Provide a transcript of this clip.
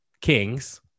kings